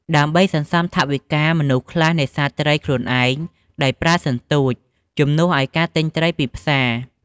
ដើម្បីសន្សំថវិកា មនុស្សខ្លះនេសាទត្រីខ្លួនឯងដោយប្រើសន្ទួច ជំនួសឲ្យការទិញត្រីពីផ្សារ។